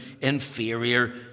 inferior